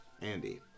Andy